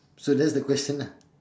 so that's the question lah